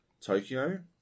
Tokyo